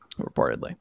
Reportedly